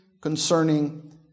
concerning